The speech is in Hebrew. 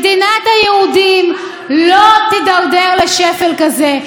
מדינת היהודים לא תידרדר לשפל כזה.